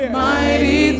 mighty